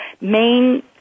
main